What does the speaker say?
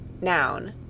Noun